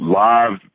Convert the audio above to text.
live